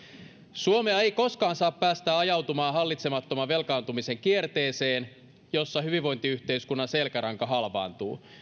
suomea ei koskaan saa päästää ajautumaan hallitsemattoman velkaantumisen kierteeseen jossa hyvinvointiyhteiskunnan selkäranka halvaantuu